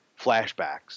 flashbacks